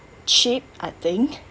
cheap I think